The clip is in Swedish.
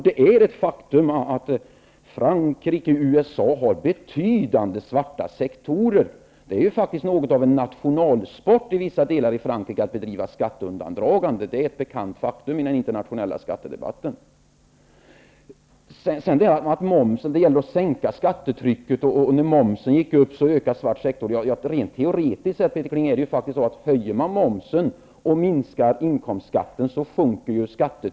Det är ett faktum att i Frankrike och USA finns det betydande svarta sektorer. I vissa delar av Frankrike är det något av en nationalsport att bedriva skatteundandragande. Det är ett bekant faktum i den internationella skattedebatten. Vidare har vi frågan om att sänka skattetrycket och att den svarta sektorn ökar i omfattning när momsen går upp. Rent teoretiskt sett, Peter Kling, är det så att om momsen höjs minskar inkomstskatten och skattetrycket sjunker.